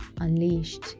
unleashed